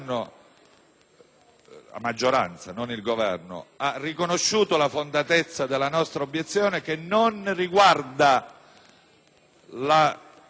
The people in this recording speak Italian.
la maggioranza, non il Governo - ha riconosciuto la fondatezza della nostra obiezione, che non riguarda il